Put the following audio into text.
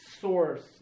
source